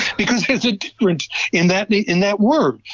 because there's a difference in that in that word.